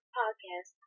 podcast